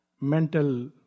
mental